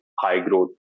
high-growth